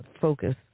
focus